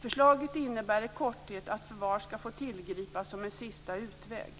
Förslaget innebär i korthet att förvar skall få tillgripas som en sista utväg.